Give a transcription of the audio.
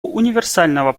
универсального